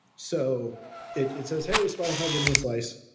so it it says, hey, spotify give me a slice.